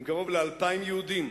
עם קרוב ל-2,000 יהודים,